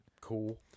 cool